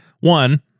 one-